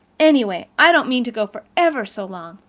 anyway, i don't mean to go for ever so long.